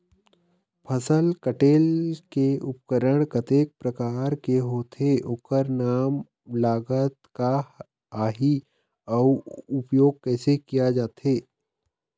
फसल कटेल के उपकरण कतेक प्रकार के होथे ओकर नाम लागत का आही अउ उपयोग कैसे किया जाथे?